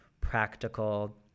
practical